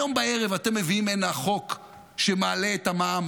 היום בערב אתם מביאים הנה חוק שמעלה את המע"מ,